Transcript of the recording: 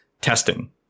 testing